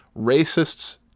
racists